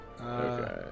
Okay